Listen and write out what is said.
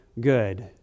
good